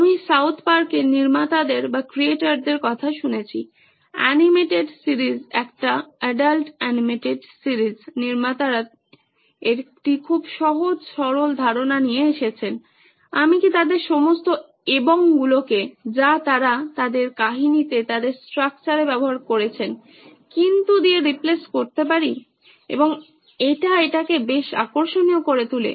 আমি সাউথ পার্কে নির্মাতাদের কথা শুনেছি অ্যানিমেটেড সিরিজ একটা অ্যাডাল্ট এনিমেটেড সিরিজ নির্মাতারা একটি খুব সহজ সরল ধারণা নিয়ে এসেছেন আমি কি তাদের সমস্ত এবং গুলোকে যা তারা তাদের কাহিনীতে তাদের স্ট্রাকচারে ব্যবহার করেছেনকিন্তু দিয়ে রিপ্লেস করতে পারি এবং এটা এটাকে বেশ আকর্ষণীয় করে তোলে